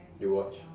you watch